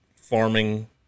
farming